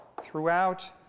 throughout